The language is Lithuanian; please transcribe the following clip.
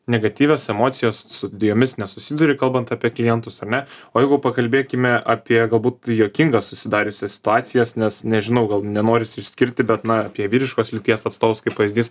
negatyvios emocijos su jomis nesusiduri kalbant apie klientus ar ne o jeigu pakalbėkime apie galbūt juokingas susidariusias situacijas nes nežinau gal nenorisi išskirti bet na apie vyriškos lyties atstovus kaip pavyzdys